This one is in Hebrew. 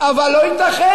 אבל לא ייתכן.